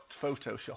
Photoshop